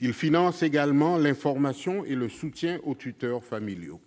Ils financent également l'information et le soutien aux tuteurs familiaux.